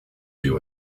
you